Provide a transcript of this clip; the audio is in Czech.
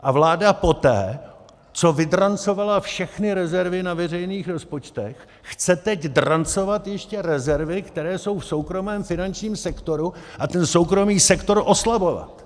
A vláda poté, co vydrancovala všechny rezervy na veřejných rozpočtech, chce teď drancovat ještě rezervy, které jsou v soukromém finančním sektoru, a ten soukromý sektor oslabovat.